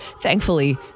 Thankfully